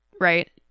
right